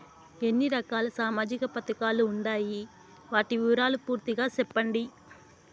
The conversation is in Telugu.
ఎన్ని రకాల సామాజిక పథకాలు ఉండాయి? వాటి వివరాలు పూర్తిగా సెప్పండి?